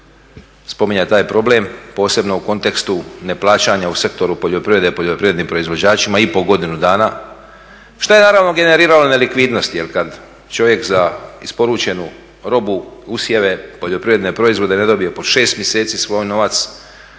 spominjao taj problem, posebno u kontekstu neplaćanja u sektoru poljoprivrede, poljoprivrednim proizvođačima i po godinu dana što je naravno generiralo nelikvidnost. Jer kad čovjek za isporučenu robu, usjeve, poljoprivredne proizvode ne dobije po 6 mjeseci svoj novac,